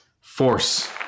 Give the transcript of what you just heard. Force